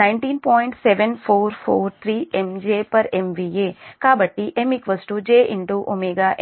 7443 MJ MVA కాబట్టి M J